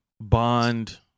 Bond